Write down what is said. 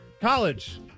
college